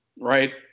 right